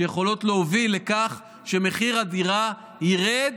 שיכולות להוביל לכך שמחיר הדירה ירד,